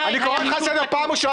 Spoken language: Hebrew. אני קורא לך לסדר פעם ראשונה,